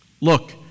Look